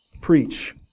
preach